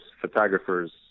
photographers